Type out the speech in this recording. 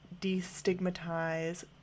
destigmatize